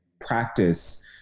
practice